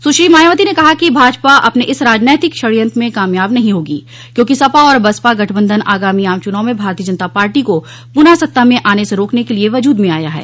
सूश्री मायावती ने कहा कि भाजपा अपने इस राजनैतिक षड्यंत्र में कामयाब नहीं होगी क्योंकि सपा और बसपा गठबंधन आगामी आम चुनाव में भारतीय जनता पार्टी को पुनः सत्ता में आने से रोकने के लिए वजूद में आया है